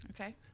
Okay